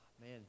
man